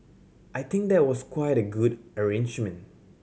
I think that was quite a good arrangement